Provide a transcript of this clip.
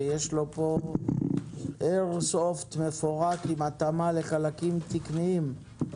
שיש לו פה איירסופט מפורק עם התאמה לחלקים תקניים.